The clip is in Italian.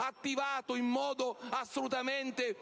attivato in modo assolutamente